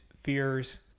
fears